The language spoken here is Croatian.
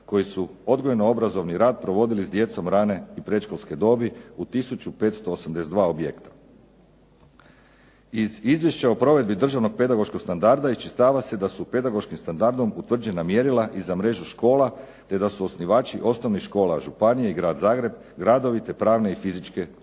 koji su odgojno-obrazovni rad provodili s djecom rane i predškolske dobi u 1582 objekta. Iz izvješća o provedbi državnog pedagoškog standarda iščitava se da su pedagoškim standardom utvrđena mjerila i za mrežu škola te da su osnivači osnovnih škola županije i Grad Zagreb, gradovi te pravne i fizičke osobe.